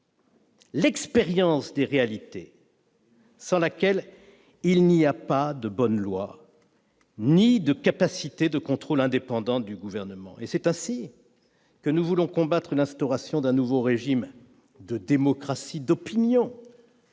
l'expérience des réalités sans laquelle il n'y a pas de bonnes lois ni de capacité de contrôle indépendant du Gouvernement. Voilà pourquoi nous voulons combattre l'instauration d'un nouveau régime de démocratie d'opinion,